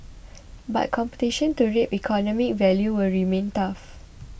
but competition to reap economic value will remain tough